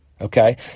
Okay